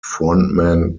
frontman